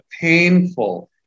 painful